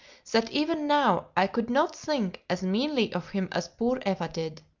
that even now i could not think as meanly of him as poor eva did.